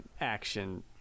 action